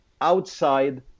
outside